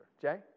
Jay